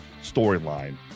storyline